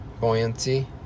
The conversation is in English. Buoyancy